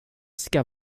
ska